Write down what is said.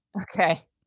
Okay